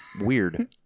weird